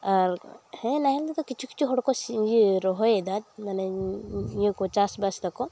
ᱟᱨ ᱦᱮᱸ ᱱᱟᱦᱮᱞ ᱛᱮᱫᱚ ᱠᱤᱪᱷᱩ ᱠᱤᱪᱷᱩ ᱦᱚᱲᱠᱚ ᱥᱤ ᱤᱭᱟᱹ ᱨᱚᱦᱚᱭᱮᱫᱟ ᱢᱟᱱᱮ ᱤᱭᱟᱹ ᱠᱚ ᱪᱟᱥᱵᱟᱥ ᱮᱫᱟᱠᱚ